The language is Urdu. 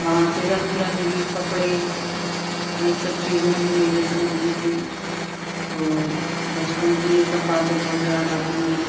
وہاں سے رنگ برنگی کپڑے یہ سب چیزیں ہمیں میلے سے ملتی تھی تو بچپن کی یہ سب باتیں بہت یاد آتی ہیں